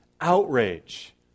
outrage